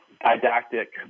didactic